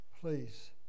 please